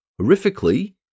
horrifically